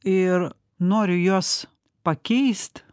ir noriu juos pakeist